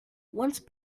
once